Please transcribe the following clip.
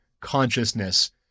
consciousness